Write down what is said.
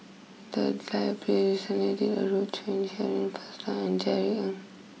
the library recently did a roadshow on Shirin Fozdar and Jerry Ng